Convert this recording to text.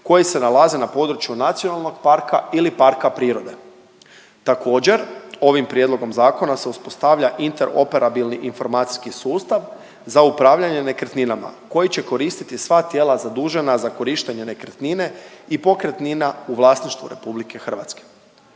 koji se nalaze na području nacionalnog parka ili parka prirode. Također ovim prijedlogom zakona se uspostavlja interoperabilni informacijski sustav za upravljanje nekretninama koji će koristiti sva tijela zadužena za korištenje nekretnine i pokretnina u vlasništvu Republike Hrvatske.